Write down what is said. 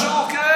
לא קשור.